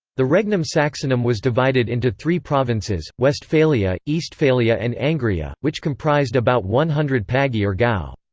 the regnum saxonum was divided into three provinces westphalia, eastphalia and angria which comprised about one hundred pagi or gaue.